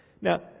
Now